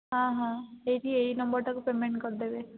ହଁ ହଁ ଏଇଠି ଏଇ ନମ୍ବର୍ଟାକୁ ପେମେଣ୍ଟ୍ କରିଦେବେ